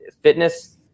fitness